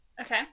okay